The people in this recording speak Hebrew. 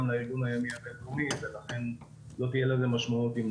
לאיגוד הימי הבין-לאומי ולכן לא תהיה לזה משמעות.